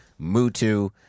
Mutu